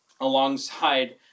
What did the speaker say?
alongside